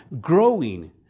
Growing